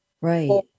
right